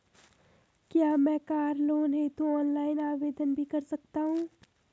क्या मैं car loan हेतु ऑनलाइन आवेदन भी कर सकता हूँ?